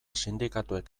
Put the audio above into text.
sindikatuek